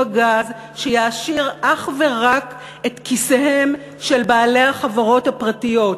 הגז שיעשיר אך ורק את כיסיהם של בעלי החברות הפרטיות,